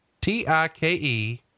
T-I-K-E